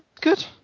good